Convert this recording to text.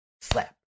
Slap